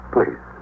Please